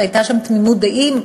שהייתה שם תמימות דעים.